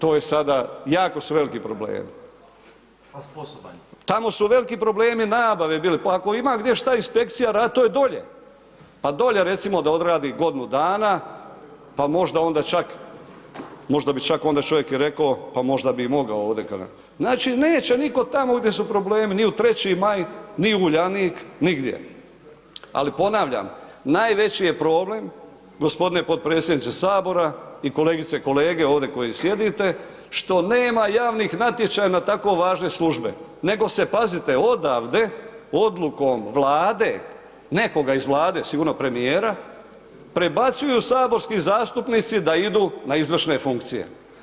To je sada, jako su veliki problemi [[Upadica: A sposoban je.]] , tamo su veliki problemi nabave bili, pa ako ima gdje šta inspekcija radit, to je dolje, pa dolje recimo da odradi godinu dana, pa možda onda čak, možda bi čak onda čovjek i rek'o pa možda bi i mogao ovdje, znači neće nitko tamo gdje su problemi, ni u 3. Maj, ni u Uljanik, nigdje, ali ponavljam najveći je problem gospodine podpredsjedniče Sabora, i kolegice i kolege ovdje koji sjedite, što nema javnih natječaja na tako važne službe, nego se, pazite odavde Odlukom Vlade, nekoga iz Vlade, sigurno premijera, prebacuju saborski zastupnici da idu na izvršne funkcije.